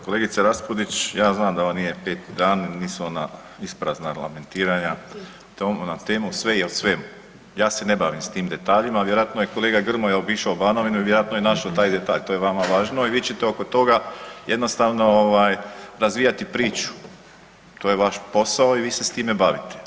Kolegice Raspudić ja znam da ovo nije peti dan … isprazna lamentiranja na temu sve je o svemu, ja se ne bavim s tim detaljima, a vjerojatno je kolega Grmoja obišao Banovinu i vjerojatno je našao taj detalj, to je vama važno i vi ćete oko toga jednostavno ovaj razvijati priču, to je vaš posao i vi se s time bavite.